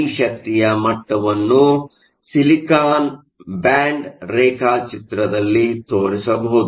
ಈ ಈ ಶಕ್ತಿಯ ಮಟ್ಟವನ್ನು ಸಿಲಿಕಾನ್ ಬ್ಯಾಂಡ್ ರೇಖಾಚಿತ್ರದಲ್ಲಿ ತೋರಿಸಬಹುದು